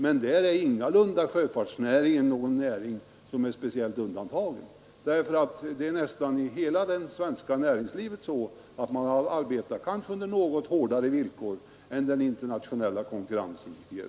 Men detta gäller ingalunda bara sjöfartsnäringen; nästan hela näringslivet arbetar under långt hårdare villkor i Sverige än man gör i andra länder.